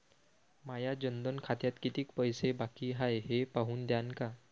माया जनधन खात्यात कितीक पैसे बाकी हाय हे पाहून द्यान का?